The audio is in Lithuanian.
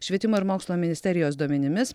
švietimo ir mokslo ministerijos duomenimis